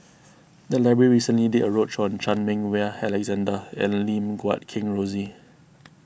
the library recently did a roadshow on Chan Meng Wah Alexander and Lim Guat Kheng Rosie